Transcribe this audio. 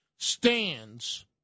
stands